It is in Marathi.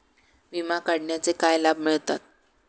विमा काढण्याचे काय लाभ मिळतात?